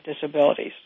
Disabilities